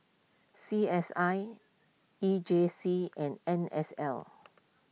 C S I E J C and N S L